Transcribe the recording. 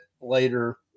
later